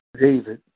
David